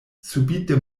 subite